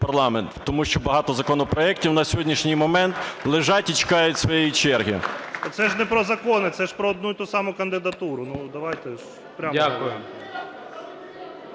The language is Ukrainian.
Тому що багато законопроектів на сьогоднішній момент лежать і чекають своєї черги. КОРНІЄНКО О.С. Це ж не про закони, це ж про одну і ту саму кандидатуру. Ну,